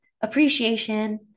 appreciation